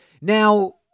Now